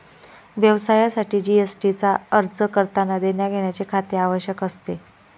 व्यवसायासाठी जी.एस.टी चा अर्ज करतांना देण्याघेण्याचे खाते आवश्यक असते